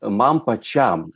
man pačiam